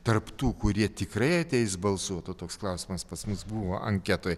tarp tų kurie tikrai ateis balsuot o toks klausimas pas mus buvo anketoj